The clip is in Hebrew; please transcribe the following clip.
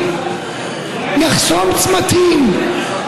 נחסום צמתים,